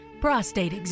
prostate